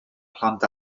plant